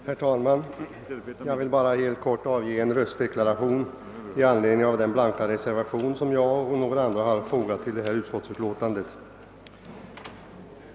Herr talman! Jag vill bara helt kort avge en röstdeklaration i anledning av den blanka reservation som jag och några andra utskottsledamöter fogat vid förevarande utlåtande.